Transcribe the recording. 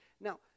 Now